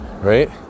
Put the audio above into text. Right